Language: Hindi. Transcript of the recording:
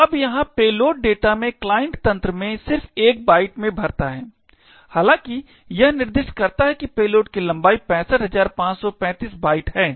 तो अब यहां पेलोड डेटा में क्लाइंट तंत्र में सिर्फ 1 बाइट में भरता है हालांकि यह निर्दिष्ट करता है कि पेलोड की लंबाई 65535 बाइट है